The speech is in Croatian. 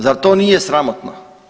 Zar to nije sramotno?